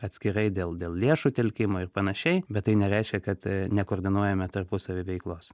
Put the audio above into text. atskirai dėl dėl lėšų telkimo ir panašiai bet tai nereiškia kad nekoordinuojame tarpusavy veiklos